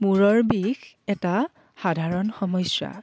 মূৰৰ বিষ এটা সাধাৰণ সমস্যা